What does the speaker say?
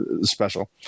special